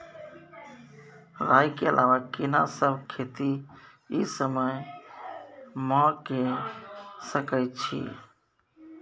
राई के अलावा केना सब खेती इ समय म के सकैछी?